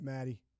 Maddie